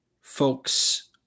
folks